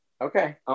Okay